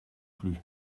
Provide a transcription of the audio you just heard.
plus